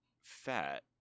fat